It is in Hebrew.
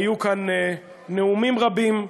היו כאן נאומים רבים,